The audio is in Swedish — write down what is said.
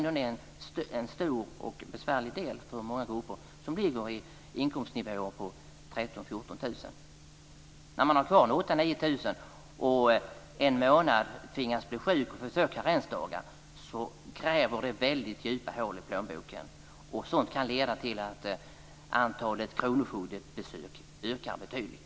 Det är en stor och besvärlig del för många som ligger i inkomstnivåer på 13 000-14 000 kr. När de har kvar 8 000-9 000 kr och en månad blir sjuka och får karensdagar gräver det väldigt djupa hål i plånboken. Sådant kan leda till att antalet besök av kronofogden ökar betydligt.